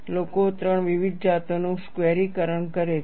લોકો 3 વિવિધ જાતોનું સ્ક્વેરીકરણ કરે છે